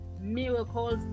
miracles